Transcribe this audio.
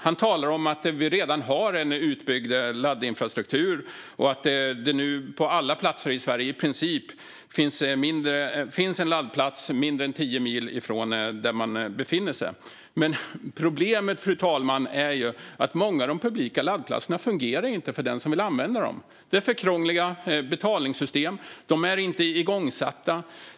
Han talar om att vi redan har en utbyggd laddinfrastruktur och att det nu på i princip alla platser i Sverige finns en laddplats mindre än tio mil bort. Men problemet är ju att många av de publika laddplatserna inte fungerar för den som vill använda dem. Betalningssystemen är för krångliga. Laddplatserna är inte igångsatta.